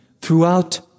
throughout